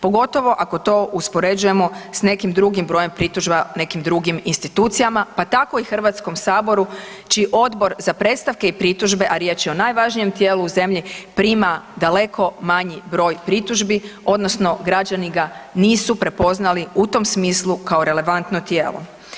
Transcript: Pogotovo ako to uspoređujemo s nekim drugim brojem pritužba nekim drugim institucijama pa tako i Hrvatskom saboru čiji Odbor za predstavke i pritužbe, a riječ je o najvažnijem tijelu u zemlji prima daleko manji broj pritužbi odnosno građani ga nisu prepoznali u tom smislu kao relevantno tijelo.